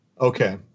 okay